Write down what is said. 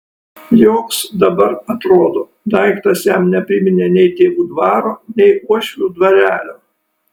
joks dabar atrodo daiktas jam nepriminė nei tėvų dvaro nei uošvių dvarelio